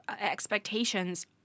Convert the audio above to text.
expectations